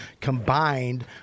combined